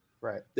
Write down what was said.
Right